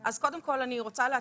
ראשית,